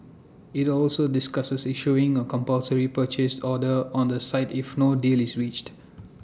IT also discusses issuing A compulsory purchase order on the site if no deal is reached